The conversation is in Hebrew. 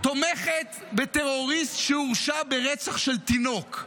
תומכת בטרוריסט שהורשע ברצח של תינוק,